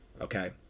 Okay